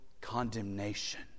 condemnation